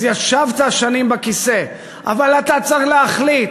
אז ישבת שנים על הכיסא, אבל אתה צריך להחליט,